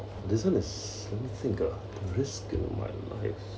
this [one] is something ah risk in my life